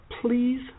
Please